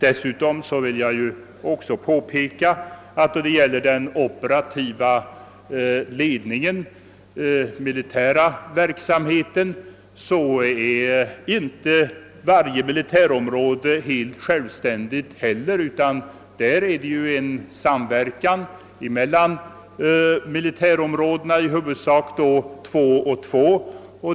Dessutom vill jag påpeka att inte heller då det gäller den operativa ledningen för den militära verksamheten är varje militärområde helt självständigt, utan därvidlag råder en samverkan mellan militärområdena, i huvudsak två och två.